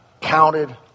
counted